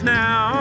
now